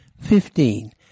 Fifteen